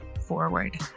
forward